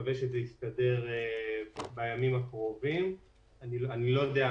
לגבי שאלתה של חברת הכנסת - אם יש מקום שבו נהגו לא כשורה